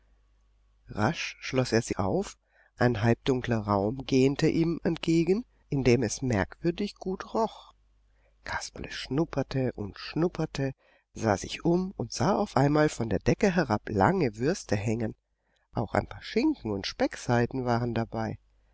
rasch schloß er sie auf ein halbdunkler raum gähnte ihm entgegen in dem es merkwürdig gut roch kasperle schnupperte und schnupperte sah sich um und sah auf einmal von der decke herab lange würste hängen auch ein paar schinken und speckseiten waren dabei